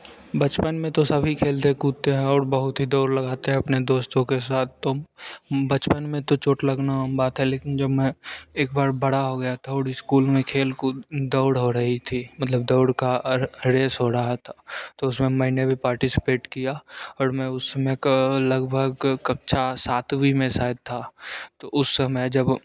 बचपन में तो सभी खेलते कूदते हैं और बहुत ही दौड़ लगाते हैं अपने दोस्तों के साथ तो बचपन में तो चोट लगना आम बात है लेकिन जब मैं एक बार बड़ा हो गया थोड़ी स्कूल में खेल कूद दौड़ हो रही थी मतलब दौड़ का अ रेस हो रहा था तो उसमें मैंने भी पार्टिसिपेट किया और मैं उसमें लगभग कक्षा सातवीं में शायद था तो उस समय जब